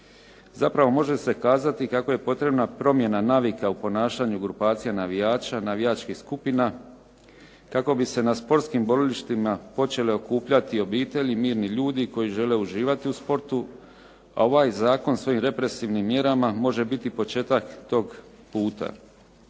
Zapravo, može se kazati kako je potrebna promjena navika u ponašanju grupacija navijača, navijačkih skupina kako bi se na sportskim borilištima počele okupljati obitelji, mirni ljudi koji žele uživati u sportu a ovaj zakon svojim represivnim mjerama može biti početak tog puta.